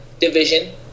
division